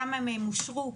כמה מהם אושרו,